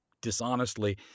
dishonestly